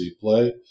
play